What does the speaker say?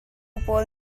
pawl